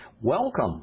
Welcome